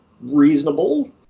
reasonable